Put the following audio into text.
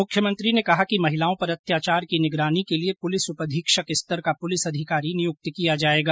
मुख्यमंत्री ने कहा कि महिलाओं पर अत्याचार की निगरानी के लिये पुलिस उपअधीक्षक स्तर का पुलिस अधिकारी नियुक्त किया जायेगा